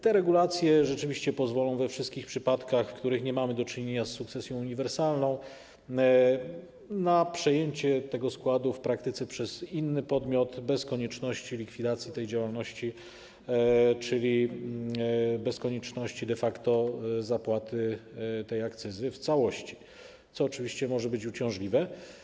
Te regulacje rzeczywiście pozwolą we wszystkich przypadkach, w których nie mamy do czynienia z sukcesją uniwersalną, na przejęcie tego składu w praktyce przez inny podmiot bez konieczności likwidacji tej działalności, czyli bez konieczności de facto zapłaty tej akcyzy w całości, co oczywiście może być uciążliwe.